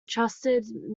trusted